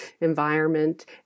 environment